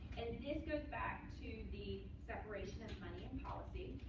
and this goes back to the separation of money and policy.